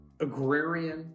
agrarian